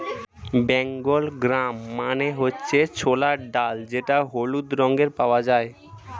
Bengal gram মানে হচ্ছে ছোলার ডাল যেটা হলুদ রঙে পাওয়া যায়